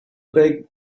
big